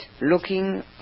looking